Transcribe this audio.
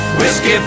whiskey